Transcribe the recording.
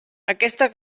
aquesta